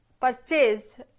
purchase